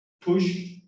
push